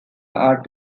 are